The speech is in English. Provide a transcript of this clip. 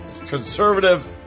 conservative